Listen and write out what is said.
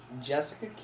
Jessica